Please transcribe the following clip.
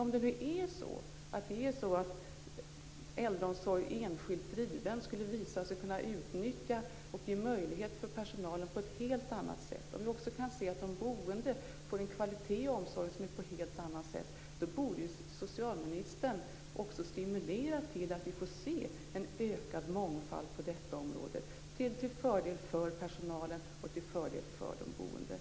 Men om äldreomsorg enskilt driven skulle visa sig kunna utnyttja och ge möjlighet för personalen på ett helt annat sätt och om vi kan se att de boende får en helt annan kvalitet i omsorgen borde socialministern stimulera till att vi får se en ökad mångfald på detta område, till fördel för personalen och de boende.